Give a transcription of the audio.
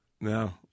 No